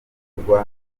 bikorwa